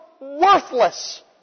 worthless